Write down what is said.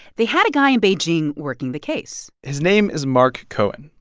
they had a guy in beijing working the case his name is mark cohen.